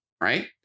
right